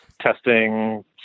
testing